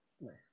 Nice